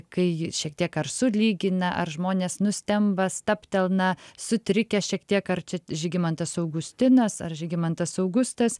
kai šiek tiek ar sulygina ar žmonės nustemba stabtelna sutrikę šiek tiek ar čia žygimantas augustinas ar žygimantas augustas